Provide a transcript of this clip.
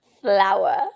Flower